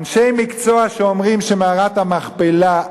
אנשי מקצוע שאומרים שמערת המכפלה,